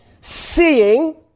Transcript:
seeing